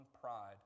pride